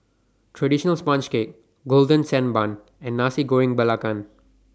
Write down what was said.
Traditional Sponge Cake Golden Sand Bun and Nasi Goreng Belacan